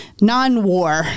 non-war